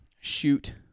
shoot